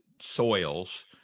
soils